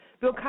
Bill